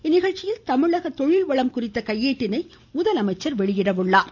இந்நிகழ்ச்சியில் தமிழக தொழில் வளம் குறித்த கையேட்டினையும் முதலமைச்சர் வெளியிடுகிறார்